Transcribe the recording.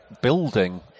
building